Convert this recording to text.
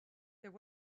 there